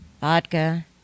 Vodka